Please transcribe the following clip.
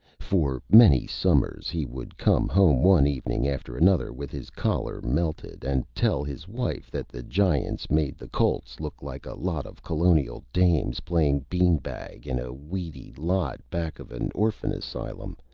for many summers he would come home, one evening after another, with his collar melted, and tell his wife that the giants made the colts look like a lot of colonial dames playing bean bag in a weedy lot back of an orphan asylum,